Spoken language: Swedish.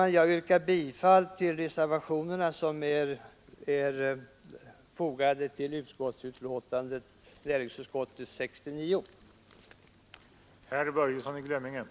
Jag ber att få yrka bifall till reservationerna 1, 2, 3, 4 och 6, som är fogade till näringsutskottets betänkande nr 69.